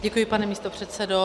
Děkuji, pane místopředsedo.